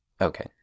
Okay